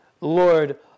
Lord